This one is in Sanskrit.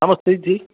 नमस्ते जि